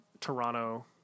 Toronto